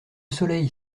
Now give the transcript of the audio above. soleil